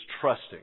trusting